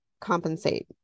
compensate